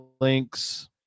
links